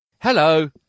Hello